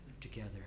together